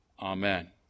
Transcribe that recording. Amen